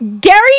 Gary